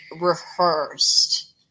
rehearsed